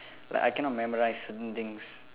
like I cannot memorise certain things